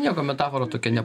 nieko metafora tokia ne